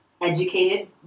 educated